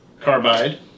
Carbide